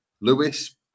Lewis